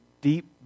deep